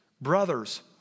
Brothers